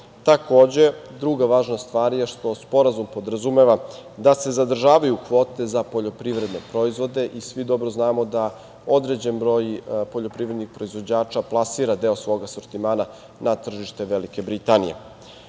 Takođe, druga važna stvar je što sporazum podrazumeva da se zadržavaju kvote za poljoprivredne proizvode i svi dobro znamo da određen broj poljoprivrednih proizvođača plasira deo svog asortimana na tržište Velike Britanije. Na